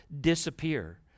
disappear